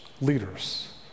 leaders